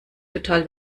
total